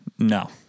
No